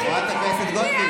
חברת הכנסת גוטליב.